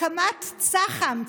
הקמת צח"מ,